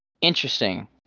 interesting